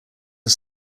are